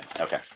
Okay